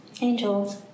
angels